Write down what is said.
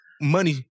money